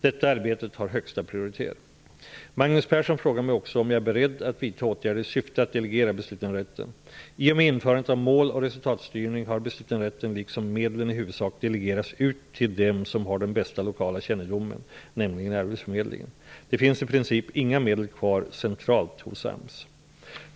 Detta arbete har högsta prioritet. Magnus Persson frågar mig också om jag är beredd att vidta åtgärder i syfte att delegera beslutanderätten. I och med införandet av mål och resultatstyrning har beslutanderätten liksom medlen i huvudsak delegerats ut till dem som har den bästa lokala kännedomen, nämligen arbetsförmedlingen. Det finns i princip inga medel kvar centralt hos AMS.